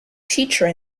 teacher